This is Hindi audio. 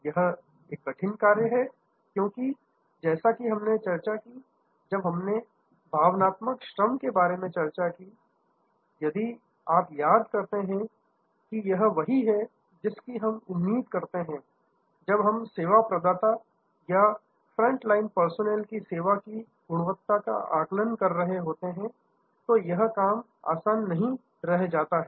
यह एक कठिन कार्य है क्योंकि जैसा कि हमने चर्चा कि जब हमने भावनात्मक श्रम के बारे में चर्चा की यदि आप याद करते हैं कि यह वही है जिसकी हम उम्मीद करते हैं जब हम सेवा प्रदाता या फ्रंटलाइन परसौनल की सेवा की गुणवत्ता का आकलन कर रहे होते हैं तो यह आसान काम नहीं रह जाता है